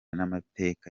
n’amateka